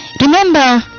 Remember